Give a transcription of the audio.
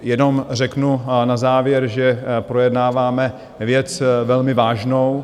Jenom řeknu na závěr, že projednáváme věc velmi vážnou.